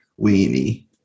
weenie